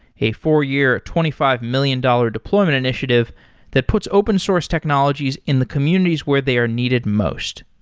a four-year, twenty five million dollars deployment initiative that puts open source technologies in the communities where they are needed most.